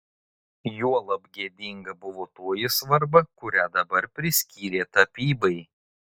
juolab gėdinga buvo toji svarba kurią dabar priskyrė tapybai